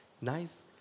nice